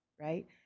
Right